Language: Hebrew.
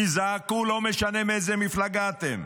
תזעקו, לא משנה מאיזה מפלגה אתם.